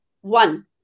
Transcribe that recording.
one